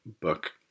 book